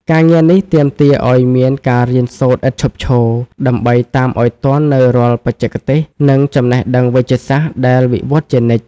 ការងារនេះទាមទារឱ្យមានការរៀនសូត្រឥតឈប់ឈរ ដើម្បីតាមឱ្យទាន់នូវរាល់បច្ចេកទេស និងចំណេះដឹងវេជ្ជសាស្ត្រដែលវិវត្តជានិច្ច។